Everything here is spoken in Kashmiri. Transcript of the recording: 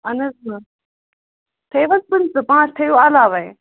اہن حظ تھٔیِو حظ پٕنٛژٕ پانٛژھ تھٲیِو علاوَے